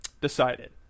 decided